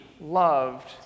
loved